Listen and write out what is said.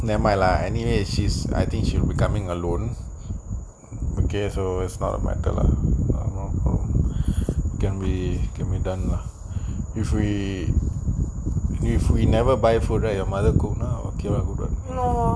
nevermind lah anyway she is I think she will be coming alone okay so it's not a matter lah can can be done lah if we if we never buy food right your mother cook !huh! okay good what